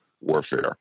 warfare